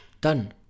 done